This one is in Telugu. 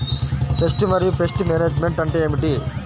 పెస్ట్ మరియు పెస్ట్ మేనేజ్మెంట్ అంటే ఏమిటి?